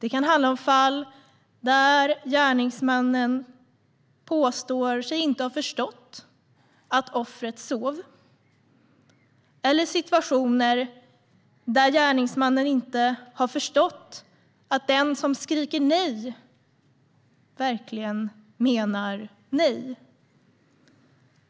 Det kan handla om fall där gärningsmannen påstår sig inte ha förstått att offret sov eller situationer där gärningsmannen inte har förstått att den som skriker nej verkligen menar nej.